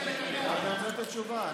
שנייה, אבל אני רוצה לתת תשובה.